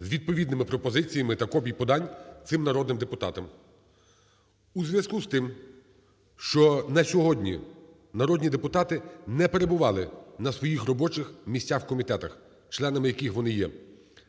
з відповідними пропозиціями та копій подань цим народним депутатам. У зв'язку з тим, що на сьогодні народні депутати не перебували на своїх робочих місцях в комітетах, членами яких вони є,